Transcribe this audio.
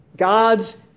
God's